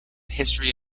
history